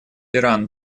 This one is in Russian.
иран